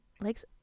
likes